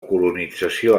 colonització